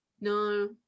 No